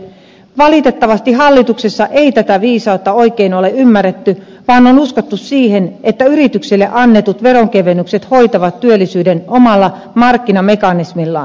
valitettavasti hallituksessa ei tätä viisautta oikein ole ymmärretty vaan on uskottu siihen että yritykselle annetut veronkevennykset hoitavat työllisyyden omalla markkinamekanismillaan